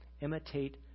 imitate